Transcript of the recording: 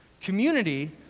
Community